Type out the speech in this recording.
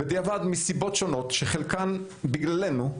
בדיעבד מסיבות שונות, שחלקן בגללנו,